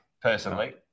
personally